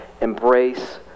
embrace